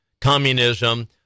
communism